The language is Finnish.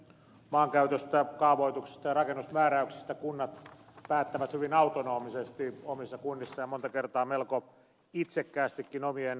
maankäytöstä kaavoituksesta ja rakennusmääräyksistä kunnat päättävät hyvin autonomisesti omissa kunnissaan ja monta kertaa melko itsekkäästikin omien etujen pohjalta